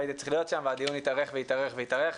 והדיון התארך והתארך והתארך.